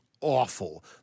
awful